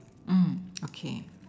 okay